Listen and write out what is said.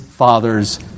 Father's